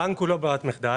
הבנק הוא לא ברירת מחדל.